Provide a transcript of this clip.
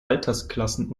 altersklassen